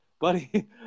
buddy